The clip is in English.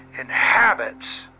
inhabits